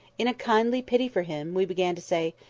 in a kindly pity for him, we began to say,